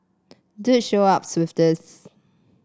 dude show up with this